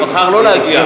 הוא בחר שלא להגיע.